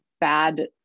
bad